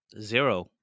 Zero